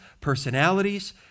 personalities